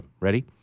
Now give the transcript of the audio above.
Ready